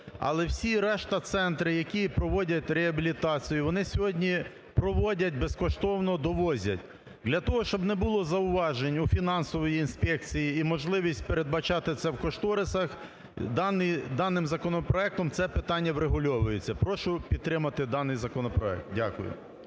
Але всі решта центри, які проводять реабілітацію, вони сьогодні проводять, безкоштовно довозять. Для того, щоб не було зауважень у фінансової інспекції і можливість передбачати це в кошторисах, даним законопроектом це питання врегульовується. Прошу підтримати даний законопроект. Дякую.